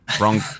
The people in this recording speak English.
wrong